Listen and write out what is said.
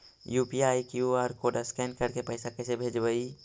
UPI के QR code scan करके पैसा कैसे भेजबइ?